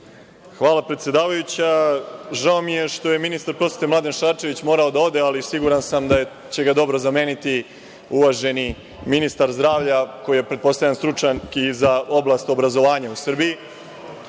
Hvala predsedavajuća. Žao mi je što je ministar prosvete Mladen Šarčević morao da ode, ali siguran sam da će ga dobro zameniti uvaženi ministar zdravlja, koji je pretpostavljam stručnjak i za oblast obrazovanja u Srbiji.